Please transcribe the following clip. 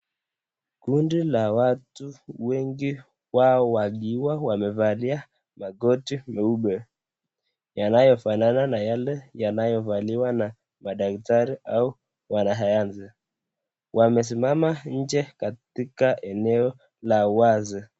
Kundi la watu wengi wawagiwa wamevaa magoti meupe yanayofanana na yale yanayovaliwa na madaktari au wanahayanzi. Wamesimama nje katika eneo la wazi.